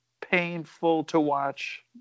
painful-to-watch